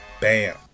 bam